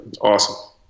awesome